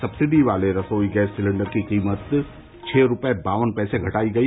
subsidy वाले रसोई gas cylinder की कीमत छह रूपए बावन पैसे घटाई गई